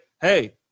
hey